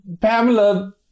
Pamela